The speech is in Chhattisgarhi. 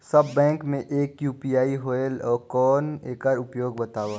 सब बैंक मे एक ही यू.पी.आई होएल कौन एकर उपयोग बताव?